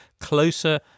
closer